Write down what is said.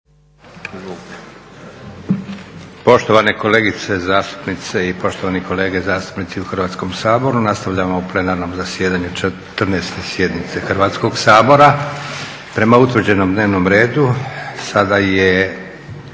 Poštovane kolegice zastupnice i poštovani kolege zastupnici u Hrvatskom saboru nastavljamo u plenarnom zasjedanju 14.sjednice Hrvatskog sabora. Prema utvrđenom dnevnom redu sada je